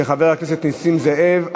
של חבר הכנסת נסים זאב.